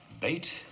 Bait